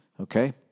Okay